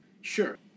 Sure